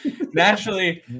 Naturally